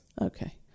Okay